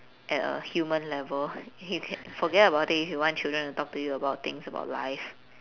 at a human level you can forget about it if you want children to talk to you about things about life